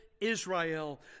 Israel